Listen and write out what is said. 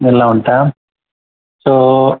ಎಲ್ಲ ಉಂಟಾ ಸೋ